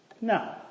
No